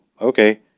okay